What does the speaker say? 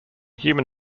human